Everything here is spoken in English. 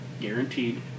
guaranteed